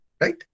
right